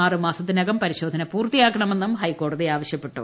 ആറ് മാസത്തിനകം പരിശോധന പൂർത്തിയാക്കണമെന്നും ഹൈക്കോടതി ആവശ്യപ്പെട്ടു